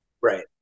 right